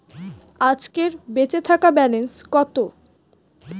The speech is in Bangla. আজকের বেচে থাকা ব্যালেন্স কত?